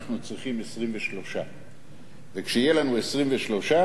אנחנו צריכים 23. וכשיהיו לנו 23,